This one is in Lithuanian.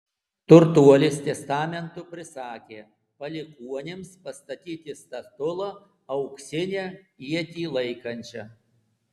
turtuolis testamentu prisakė palikuonims pastatyti statulą auksinę ietį laikančią